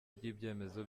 ry’ibyemezo